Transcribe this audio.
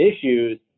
issues